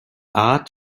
art